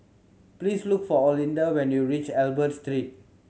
please look for Olinda when you reach Albert Street